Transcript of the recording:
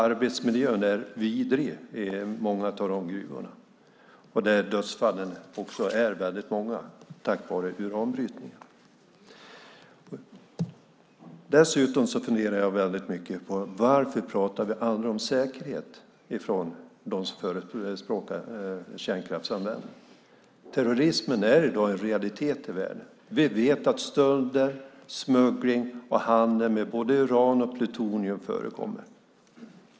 Arbetsmiljön är vidrig i många av gruvorna, och dödsfallen är många på grund av uranbrytningen. Dessutom funderar jag väldigt mycket på varför de som förespråkar kärnkraftsanvändning aldrig pratar om säkerhet. Terrorismen är i dag en realitet i världen. Vi vet att stölder, smuggling och handel med både uran och plutonium förekommer.